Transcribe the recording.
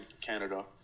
Canada